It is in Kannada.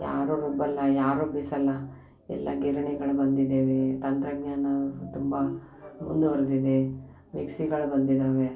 ಯಾರೂ ರುಬ್ಬೋಲ್ಲ ಯಾರೂ ಬೀಸೋಲ್ಲ ಎಲ್ಲ ಗಿರಣಿಗಳು ಬಂದಿದ್ದೇವೆ ತಂತ್ರಜ್ಞಾನ ತುಂಬ ಮುಂದುವರೆದಿದೆ ಮಿಕ್ಸಿಗಳು ಬಂದಿದ್ದಾವೆ